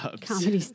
Comedy